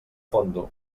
fondo